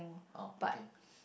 oh okay